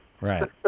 Right